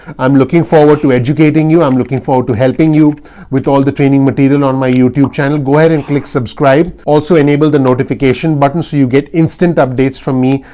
i'm looking forward to educating you. i'm looking forward to helping you with all the training material on my youtube channel. go and and click subscribe. also enabled the notification button so you get instant updates from me.